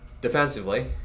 Defensively